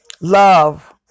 love